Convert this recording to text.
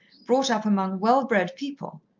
brought up among well-bred people.